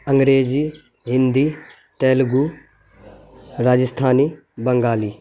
Angrezi Hindi Telugu Rajasthani Bengali